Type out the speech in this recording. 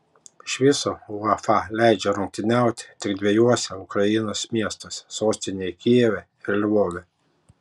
iš viso uefa leidžia rungtyniauti tik dviejuose ukrainos miestuose sostinėje kijeve ir lvove